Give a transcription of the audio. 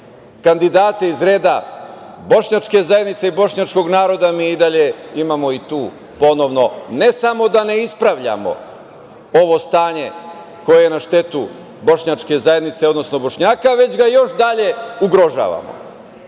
kandidate iz reda bošnjačke zajednice i bošnjačkog naroda, mi dalje imamo i tu ponovno ne samo da ne ispravljamo ovo stanje koje je na štetu bošnjačke zajednice, odnosno Bošnjaka, već ga još dalje ugrožavamo. Dakle